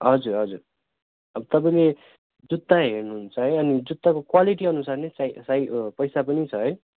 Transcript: हजुर हजुर अब तपाईँले जुत्ता हेर्नु हुन्छ है अनि जुत्ताको क्वालिटी अनुसार नै सही सही पैसा पनि छ है